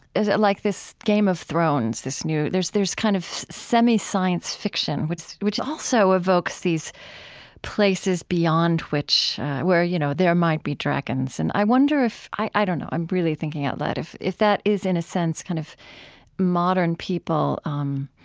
is it like this game of thrones this new there's there's kind of semi-science fiction, which which also evokes these places beyond which where you know there might be dragons. and i wonder if i don't know, i'm really thinking out loud if that is in a sense kind of modern people, um,